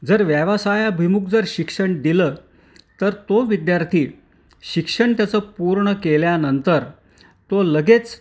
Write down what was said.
जर व्यवसायाभिमुख जर शिक्षण दिलं तर तो विद्यार्थी शिक्षण त्याचं पूर्ण केल्यानंतर तो लगेच